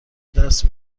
دست